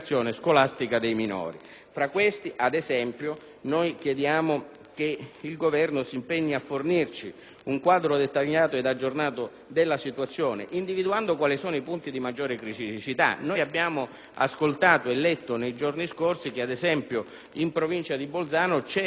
scolastica. Chiediamo poi che il Governo si impegni a fornirci un quadro dettagliato ed aggiornato della situazione, individuando quali sono i punti di maggiore criticità. Abbiamo ascoltato e letto nei giorni scorsi che, ad esempio, in provincia di Bolzano è stata presentata